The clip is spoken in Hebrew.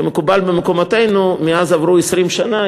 כמקובל במקומותינו, מאז עברו 20 שנה.